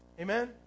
Amen